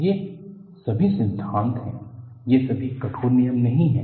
ये सभी सिद्धांत हैं ये सभी कठोर नियम नहीं हैं